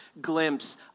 glimpse